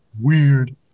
weird